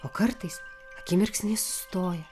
o kartais akimirksniai sustoja